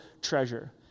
treasure